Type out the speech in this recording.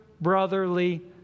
brotherly